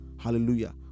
hallelujah